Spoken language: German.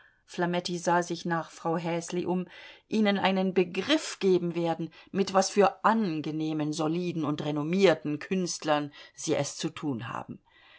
flametti sah sich nach frau häsli um ihnen einen begriff geben werden mit was für angenehmen soliden und renommierten künstlern sie es zu tun haben